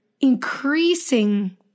increasing